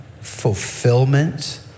fulfillment